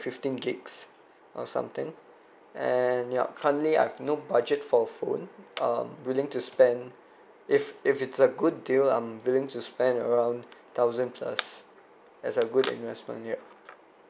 fifteen gigs or something and yup currently I've no budget for phone um willing to spend if if it's a good deal I'm willing to spend around thousand plus as a good investment yeah